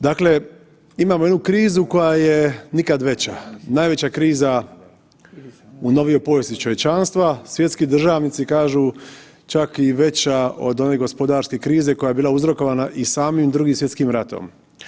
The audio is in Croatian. Dakle, imamo jednu krizu koja je nikad veća, najveća kriza u novijoj povijesti čovječanstva, svjetski državnici kažu čak i veća od one gospodarske krize koja je bila uzrokovana i samim Drugim svjetskim ratom.